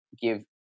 give